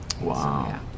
Wow